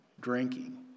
drinking